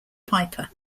piper